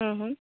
हूं हूं